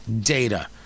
data